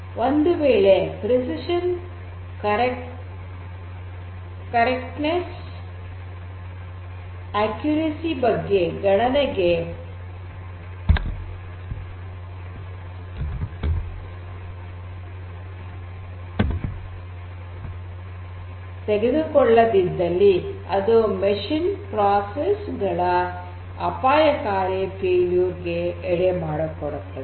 ಒಂದು ವೇಳೆ ನಿಖರತೆ ಸರಿಯಾದತೆ ನಿಖರತೆ ಬಗ್ಗೆ ಗಣನೆಗೆ ತೆಗೆದುಕೊಳ್ಲದಿದ್ದಲ್ಲಿ ಅದು ಯಂತ್ರಗಳ ಪ್ರಕ್ರಿಯೆಗಳ ಅಪಾಯಕಾರಿ ವೈಫಲ್ಯಗಳಿಗೆ ಎಡೆ ಮಾಡಿಕೊಡುತ್ತದೆ